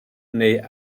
neu